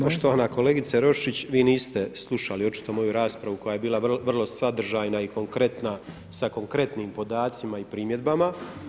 Poštovana kolegice roščić, vi niste slušali očito moju raspravu koja je bila vrlo sadržajna i konkretna sa konkretnim podacima i primjedbama.